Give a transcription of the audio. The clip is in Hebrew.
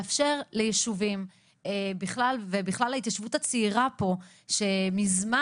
לאפשר לישובים ובכלל להתיישבות הצעירה פה שמזמן,